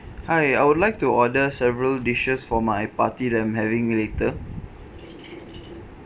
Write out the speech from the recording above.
hi I would like to order several dishes for my party that I am having later